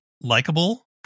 likable